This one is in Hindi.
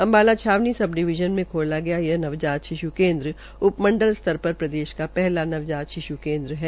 अम्बाला छावनी सब डिवीजन में खोला गया यह नवजात शिश् केन्द्र है उप मंडल स्तर पर प्रदेश का पहला नवजात शिश् केन्द्र है